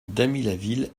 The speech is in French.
damilaville